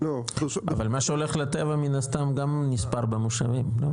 אבל מה שהולך לטבע מן הסתם גם נספר במושבים לא?